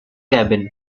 cabin